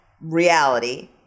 reality